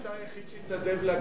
אולי אתה השר היחיד שהתנדב להגיד,